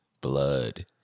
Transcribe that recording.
blood